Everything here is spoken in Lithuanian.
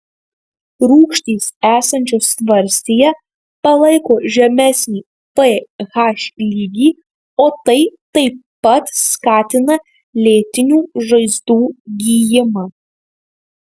rūgštys esančios tvarstyje palaiko žemesnį ph lygį o tai taip pat skatina lėtinių žaizdų gijimą